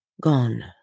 gone